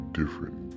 different